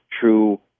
true